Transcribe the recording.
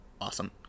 awesome